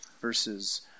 verses